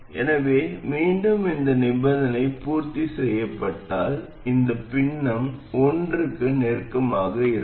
எனவே மீண்டும் இந்த நிபந்தனை பூர்த்தி செய்யப்பட்டால் இந்த பின்னம் ஒன்றுக்கு நெருக்கமாக இருக்கும்